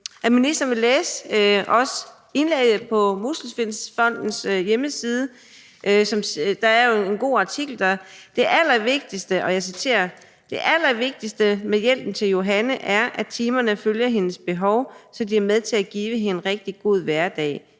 at ministeren vil læse indlægget på Muskelsvindfondens hjemmeside. Der er en god artikel, og jeg citerer: »Det allervigtigste med hjælpen til Johanne er, at timerne følger hendes behov, så de er med til at give hende en rigtig god hverdag,